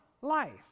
life